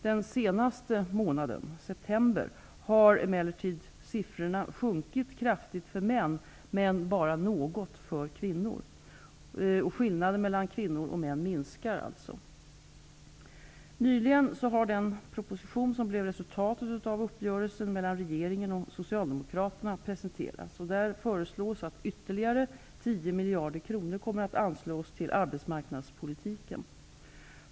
Den senaste månaden, september, har emellertid siffrorna sjunkit kraftigt för män, men bara något för kvinnor. Skillnaden mellan kvinnor och män minskar således. Nyligen har den proposition som blev resultatet av uppgörelsen mellan regeringen och Socialdemokraterna presenterats. Där föreslås att ytterligare 10 miljarder kronor skall anslås till arbetsmarknadspolitiken.